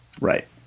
Right